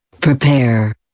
prepare